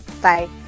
Bye